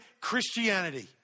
Christianity